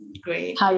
Great